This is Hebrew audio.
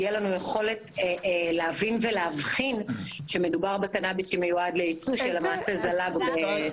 תהיה לנו יכולת להבין ולהבחין שמדובר בקנאביס שמיועד לייצוא שלמעשה זלג.